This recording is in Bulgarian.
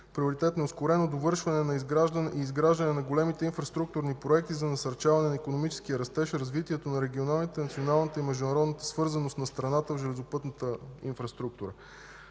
приоритетно и ускорено довършване на изграждането на големите инфраструктурни проекти, насърчаване на икономическия растеж и развитието на регионалната, националната и международната свързаност на страната в железопътната инфраструктура.